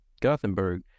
Gothenburg